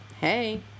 hey